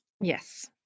Yes